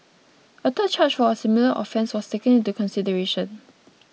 a third charge for a similar offence was taken into consideration